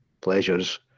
pleasures